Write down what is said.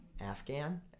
Afghan